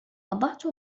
أضعت